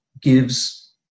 gives